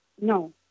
No